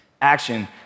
Action